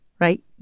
right